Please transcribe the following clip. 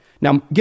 Now